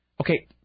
Okay